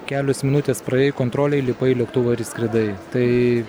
kelios minutės praėjai kontrolę įlipai į lėktuvą ir išskridai tai